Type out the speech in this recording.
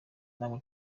namwe